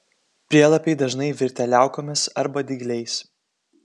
prielapiai dažnai virtę liaukomis arba dygliais